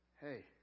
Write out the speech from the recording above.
hey